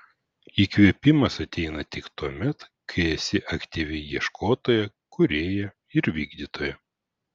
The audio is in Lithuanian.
įkvėpimas ateina tik tuomet kai esi aktyvi ieškotoja kūrėja ir vykdytoja